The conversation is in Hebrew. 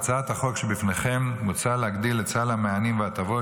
בהצעת החוק שלפניכם מוצע להגדיל את סל המענים וההטבות